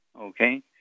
okay